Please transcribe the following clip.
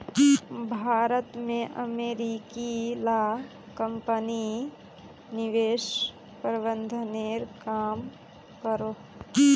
भारत में अमेरिकी ला कम्पनी निवेश प्रबंधनेर काम करोह